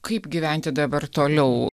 kaip gyventi dabar toliau